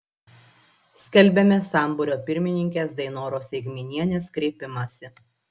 skelbiame sambūrio pirmininkės dainoros eigminienės kreipimąsi